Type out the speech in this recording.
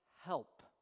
help